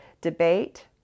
debate